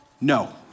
No